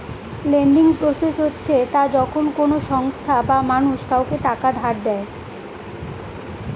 lending process হচ্ছে তা যখন কোনো সংস্থা বা মানুষ কাউকে টাকা ধার দেয়